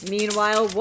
Meanwhile